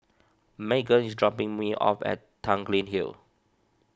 Meaghan is dropping me off at Tanglin Hill